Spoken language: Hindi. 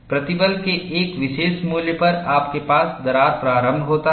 प्रतिबल के एक विशेष मूल्य पर आपके पास दरार प्रारंभ होता है